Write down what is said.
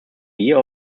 year